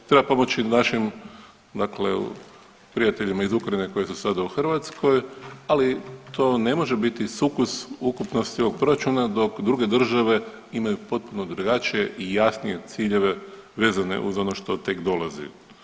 Treba pomoći našim, dakle prijateljima iz Ukrajine koji su sada u Hrvatskoj, ali to ne može biti sukus ukupnosti ovog proračuna dok druge države imaju potpuno drugačije i jasnije ciljeve vezane uz ono što tek dolazi.